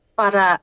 para